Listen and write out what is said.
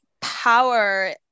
power